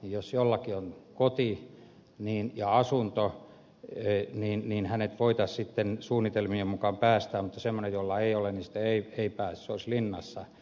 jos jollakin on koti ja asunto niin hänet voitaisiin sitten suunnitelmien mukaan päästää vapaaksi mutta semmoista jolla ei ole ei päästetä hän olisi linnassa